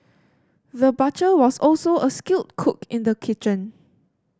the butcher was also a skilled cook in the kitchen